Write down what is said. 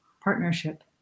partnership